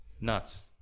Nuts